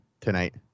tonight